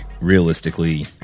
realistically